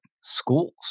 schools